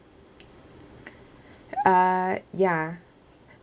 uh ya